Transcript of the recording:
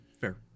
fair